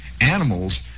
Animals